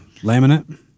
laminate